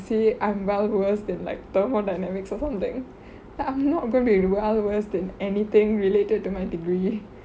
say I'm well-versed in like thermodynamics or something like I'm not going to be well-versed in anything related to my degree